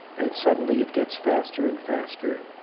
and suddenly, it gets faster and faster,